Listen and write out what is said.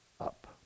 up